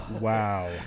Wow